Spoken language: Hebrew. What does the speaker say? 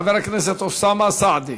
חבר הכנסת אוסאמה סעדי.